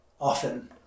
often